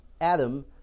Adam